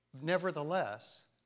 Nevertheless